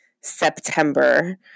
September